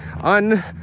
un